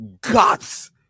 guts